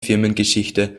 firmengeschichte